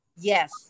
Yes